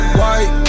white